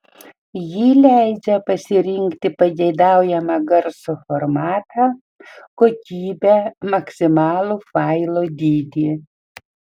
ji leidžia pasirinkti pageidaujamą garso formatą kokybę maksimalų failo dydį